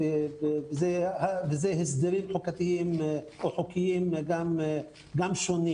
ואלו הסדרים חוקתיים או חוקיים שונים.